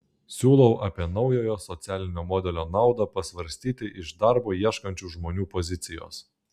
siūlau apie naujojo socialinio modelio naudą pasvarstyti iš darbo ieškančių žmonių pozicijos